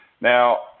Now